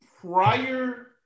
prior